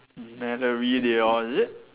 Malorie they all is it